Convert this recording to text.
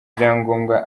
ibyangombwa